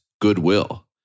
goodwill